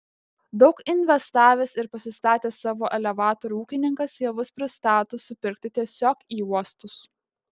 daug investavęs ir pasistatęs savo elevatorių ūkininkas javus pristato supirkti tiesiog į uostus